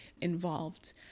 involved